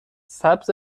سبز